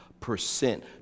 percent